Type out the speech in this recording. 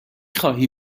خواهی